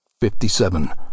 fifty-seven